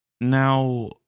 Now